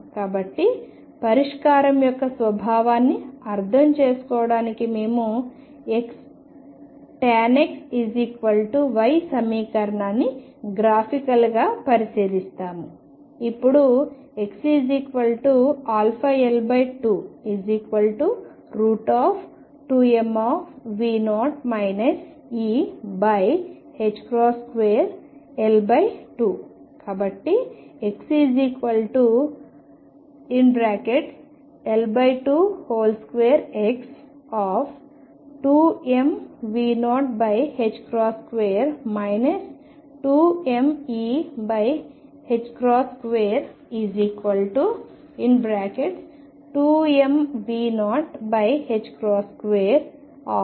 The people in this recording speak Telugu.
కాబట్టి పరిష్కారం యొక్క స్వభావాన్ని అర్థం చేసుకోవడానికి మేము X tanX Y సమీకరణాన్ని గ్రాఫికల్గా పరిశీలిస్తాము